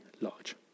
large